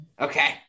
Okay